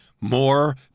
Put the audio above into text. more